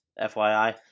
FYI